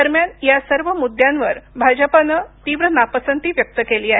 दरम्यान या सर्व मुद्द्यांवर भाजपानं तीव्र नापसंती व्यक्त केली आहे